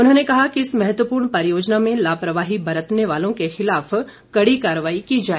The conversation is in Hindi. उन्होंने कहा कि इस महत्वपूर्ण परियोजना में लापरवाही बरतने वालों के खिलाफ कड़ी कार्रवाई की जाए